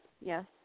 yes